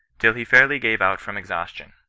till he fairly gave out from exhaus tion.